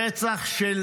רצח של